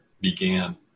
began